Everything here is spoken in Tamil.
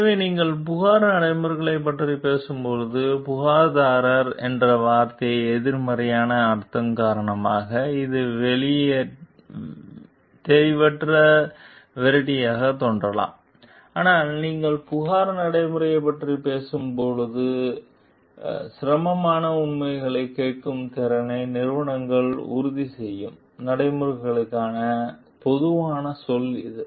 எனவே நீங்கள் புகார் நடைமுறைகளைப் பற்றி பேசும்போது புகார்தாரர் என்ற வார்த்தையின் எதிர்மறையான அர்த்தம் காரணமாக இது தெளிவற்ற விரட்டியாகத் தோன்றலாம் ஆனால் நீங்கள் புகார் நடைமுறையைப் பற்றி பேசும்போது போல சிரமமான உண்மைகளைக் கேட்கும் திறனை நிறுவனங்கள் உறுதி செய்யும் நடைமுறைகளுக்கான பொதுவான சொல் இது